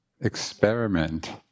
experiment